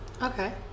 Okay